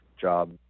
job